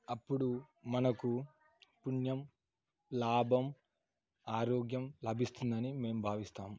అప్పుడు మనకు పుణ్యం లాభం ఆరోగ్యం లభిస్తుందని మేం భావిస్తాం